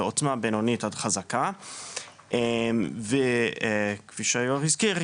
בעוצמה בינונית עד חזקה וכפי שהיו"ר הזכיר,